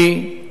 כי,